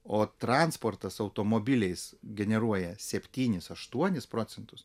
o transportas automobiliais generuoja septynis aštuonis procentus